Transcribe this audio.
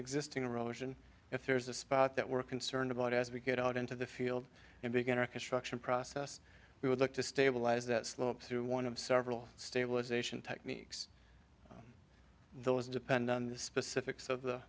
existing erosion if there's a spot that we're concerned about as we get out into the field and begin our construction process we would like to stabilize that slope through one of several stabilisation techniques and those depend on the specifics of the